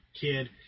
kid